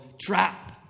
trap